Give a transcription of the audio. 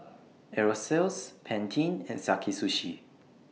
Aerosoles Pantene and Sakae Sushi